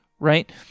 Right